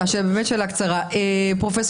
פרופ'